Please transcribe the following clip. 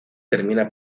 termina